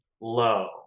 low